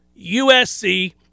USC